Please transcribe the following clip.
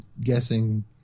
guessing